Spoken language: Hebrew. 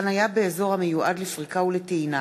(חניה באזור המיועד לפריקה ולטעינה),